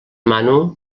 mano